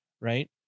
right